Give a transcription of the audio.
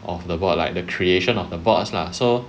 of the board like the creation of the boards lah so